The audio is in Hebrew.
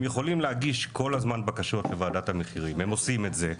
הם יכולים להגיש כל הזמן בקשות לוועדת המחירים והם עושים את זה.